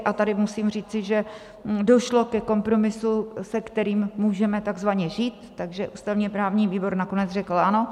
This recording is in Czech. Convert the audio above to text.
A tady musím říci, že došlo ke kompromisu, se kterým můžeme takzvaně žít, takže ústavněprávní výbor nakonec řekl ano.